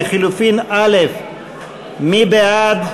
מי בעד?